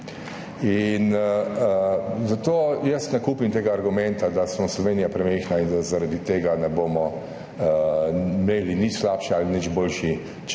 zato jaz ne kupim tega argumenta, da je Slovenija premajhna in da zaradi tega ne bomo imeli nič slabši ali nič boljši zrak